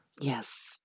yes